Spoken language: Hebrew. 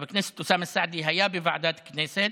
חבר הכנסת אוסאמה סעדי היה בוועדת הכנסת,